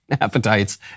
appetites